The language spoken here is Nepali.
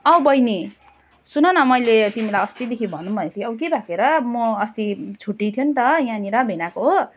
औ बहिनी सुन न मैले तिमीलाई अस्तिदेखि भनौँ भनेको थिएँ औ के भएको हेर म अस्ति छुट्टि थियो त यहाँनिर भेनाको हो